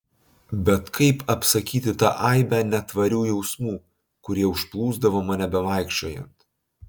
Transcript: bet kaip apsakyti tą aibę netvarių jausmų kurie užplūsdavo mane bevaikščiojant